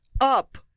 up